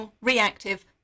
reactive